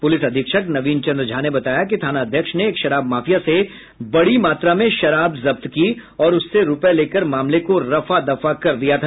police अधीक्षक नवीन चन्द्र झा ने बताया कि थानाध्यक्ष ने एक शराब माफिया से बड़ी मात्रा में शराब जब्त की और उससे रुपये लेकर मामले को रफादफा कर दिया था